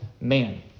man